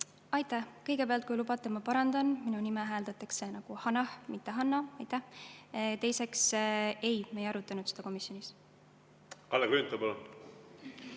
Aitäh! Kõigepealt, kui lubate, ma parandan, minu nime hääldatakse nagu Hanah, mitte Hanna. Aitäh! Teiseks, ei, me ei arutanud seda komisjonis. Aitäh! Kõigepealt,